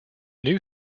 new